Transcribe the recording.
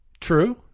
True